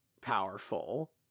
powerful